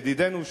ידידנו שאול,